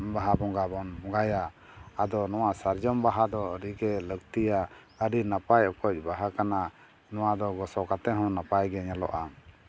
ᱵᱟᱦᱟ ᱵᱚᱸᱜᱟᱵᱚᱱ ᱵᱚᱸᱜᱟᱭᱟ ᱟᱫᱚ ᱥᱟᱨᱡᱚᱢ ᱵᱟᱦᱟ ᱫᱚ ᱟᱹᱰᱤᱜᱮ ᱞᱟᱹᱠᱛᱤᱭᱟ ᱟᱹᱰᱤ ᱱᱟᱯᱟᱭ ᱚᱠᱚᱡ ᱵᱟᱦᱟ ᱠᱟᱱᱟ ᱱᱚᱣᱟ ᱫᱚ ᱜᱚᱥᱚ ᱠᱟᱛᱮᱫ ᱦᱚᱸ ᱱᱟᱯᱟᱭᱜᱮ ᱧᱮᱞᱚᱜᱼᱟ